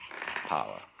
power